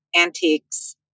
antiques